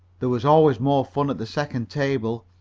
there was always more fun at the second table,